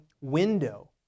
window